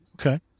Okay